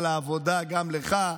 שאפו על העבודה גם לך,